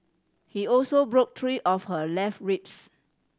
he also broke three of her left ribs